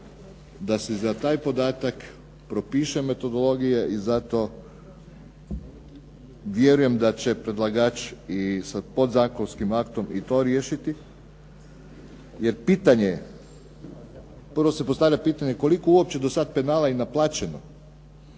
da se za taj podatak propiše metodologija. I zato vjerujem da će predlagač i sa podzakonskim aktom i to riješiti, jer pitanje, prvo se postavlja pitanje koliko uopće do sada penala je i naplaćeno